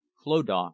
Clodagh